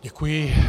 Děkuji.